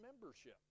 membership